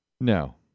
No